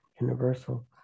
universal